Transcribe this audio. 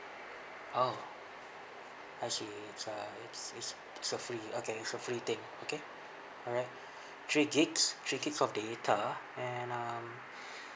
oh I see it's uh it's it's it's uh free okay it's a free thing okay alright three gigs three gigs of data and um